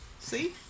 See